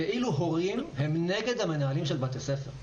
כאילו הורים הם נגד המנהלים של בתי ספר.